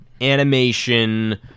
animation